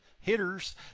hitters